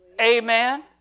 Amen